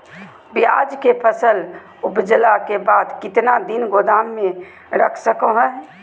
प्याज के फसल उपजला के बाद कितना दिन गोदाम में रख सको हय?